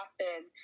happen